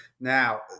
Now